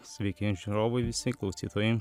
sveiki žiūrovai visi klausytojai